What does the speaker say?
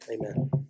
Amen